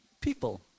People